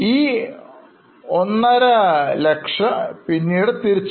ഈ 150000പിന്നീട് തിരിച്ചു